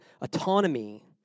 autonomy